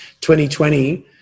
2020